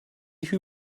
who